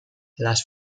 las